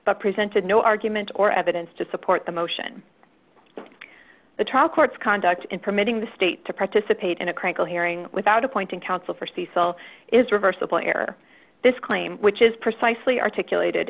but presented no argument or evidence to support the motion the trial court's conduct in permitting the state to participate in a criminal hearing without appointing counsel for cecil is reversible error this claim which is precisely articulated